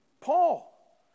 Paul